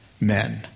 men